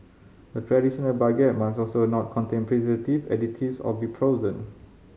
a traditional baguette must also not contain preservative additives or be frozen